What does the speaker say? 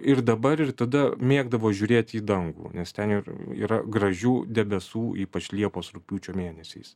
ir dabar ir tada mėgdavo žiūrėti į dangų nes ten ir yra gražių debesų ypač liepos rugpjūčio mėnesiais